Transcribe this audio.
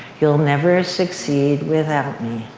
you'll never succeed without